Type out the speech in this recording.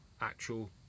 actual